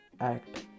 act